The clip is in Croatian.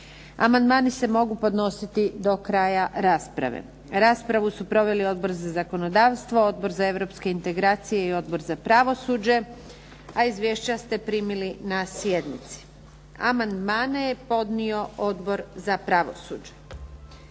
Amandmani se mogu podnositi do kraja rasprave. Raspravu su proveli Odbor za zakonodavstvo, Odbor za europske integracije i Odbor za pravosuđe. A izvješća ste primili na sjednici. Amandmane je podnio Odbor za pravosuđe.